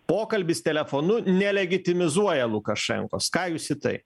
pokalbis telefonu nelegitimizuoja lukašenkos ką jūs į tai